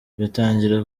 batangira